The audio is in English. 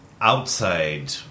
outside